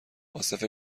عاصف